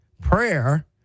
prayer